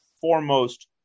foremost